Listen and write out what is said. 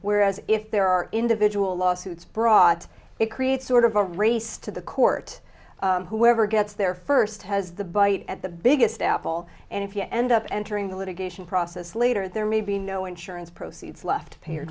whereas if there are individual lawsuits brought it creates sort of a race to the court whoever gets there first has the bite at the biggest apple and if you end up entering the litigation process later there may be no insurance proceeds left pay